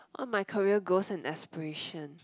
what my career goals and aspiration